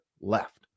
left